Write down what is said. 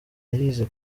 yayize